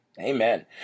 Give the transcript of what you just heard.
Amen